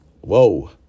Whoa